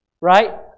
right